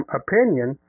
opinion